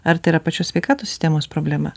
ar tai yra pačios sveikatos sistemos problema